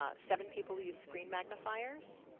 ah seven people you screen magnifiers.